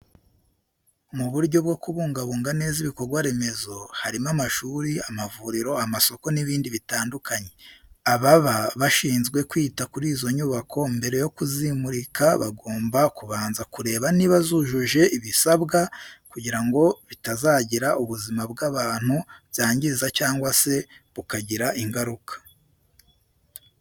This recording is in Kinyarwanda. Mu buryo bwo kubungabunga neza ibikorwa remezo harimo amashuri, amavuriro, amasoko n'ibindi bitandukanye. Ababa bashinzwe kwita kuri izo nyubako mbere yo kuzimurika bagomba kubanza kureba niba zujuje ibisabwa kugirango bitazagira ubuzima bw'abantu byangiza cyangwa se bukagira ingaruka.